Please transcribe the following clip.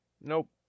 Nope